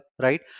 right